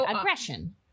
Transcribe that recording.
aggression